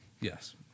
Yes